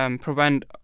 Prevent